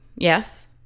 Yes